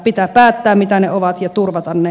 pitää päättää mitkä ne ovat ja turvata ne